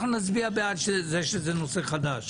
אנחנו נצביע בעד זה שזה נושא חדש.